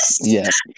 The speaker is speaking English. Yes